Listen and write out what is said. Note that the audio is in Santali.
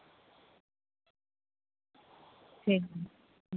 ᱴᱷᱤᱠᱜᱮᱭᱟ